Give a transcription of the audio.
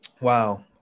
wow